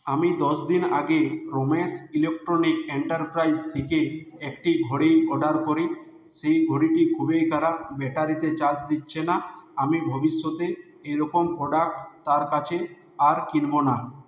আমি দশ দিন আগে রমেশ ইলেকট্রনিক এন্টারপ্রাইজ থেকে একটি ঘড়ি অর্ডার করি সেই ঘড়িটি খুবই খারাপ ব্যাটারিতে চার্জ দিচ্ছে না আমি ভবিষ্যতে এইরকম প্রোডাক্ট তার কাছে আর কিনব না